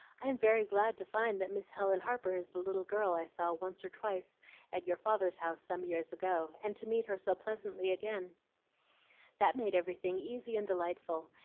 i am very glad to find that miss helen harper is the little girl i saw once or twice at your father's house some years ago, and to meet her so pleasantly again that made everything easy and delightful,